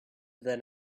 than